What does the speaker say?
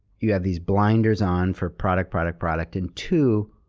you have these blinders on for product, product, product, and two,